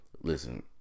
Listen